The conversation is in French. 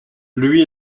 lui